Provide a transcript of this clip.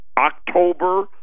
October